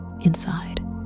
Inside